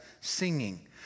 singing